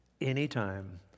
anytime